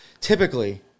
typically